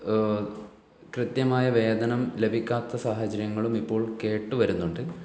കൃത്യമായ വേതനം ലഭിക്കാത്ത സാഹചര്യങ്ങളും ഇപ്പോൾ കേട്ടു വരുന്നുണ്ട്